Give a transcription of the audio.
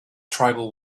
tribal